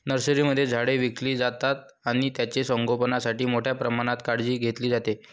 नर्सरीमध्ये झाडे विकली जातात आणि त्यांचे संगोपणासाठी मोठ्या प्रमाणात काळजी घेतली जाते